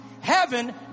heaven